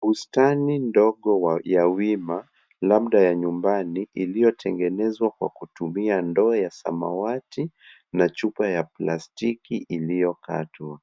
Bustani ndogo ya wima labda ya nyumbani iliyotengenezwa kwa kutumia ndoo ya samawati na chupa ya plastiki iliyokatwa.